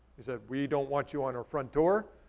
he said, we don't want you on our front door,